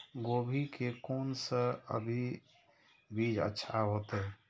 गोभी के कोन से अभी बीज अच्छा होते?